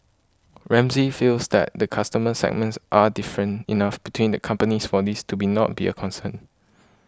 Ramsay feels that the customer segments are different enough between the companies for this to not be a concern